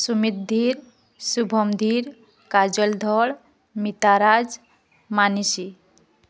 Sumiddhi Shubham Dhir Kajal Dhal Mita Raj Manishi